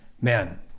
man